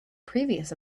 previous